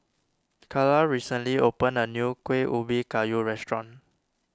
Carla recently opened a new Kueh Ubi Kayu restaurant